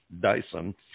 Dyson